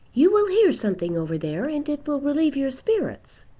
you will hear something over there, and it will relieve your spirits.